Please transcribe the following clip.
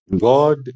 God